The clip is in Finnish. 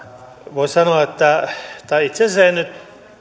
voin sanoa tai itse asiassa en nyt mene niihin